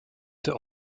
der